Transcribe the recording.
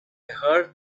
heard